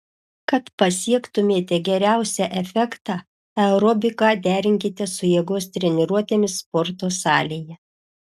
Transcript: kad pasiektumėte geriausią efektą aerobiką derinkite su jėgos treniruotėmis sporto salėje